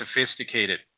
sophisticated